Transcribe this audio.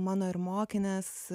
mano ir mokinės